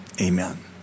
Amen